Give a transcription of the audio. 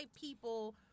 people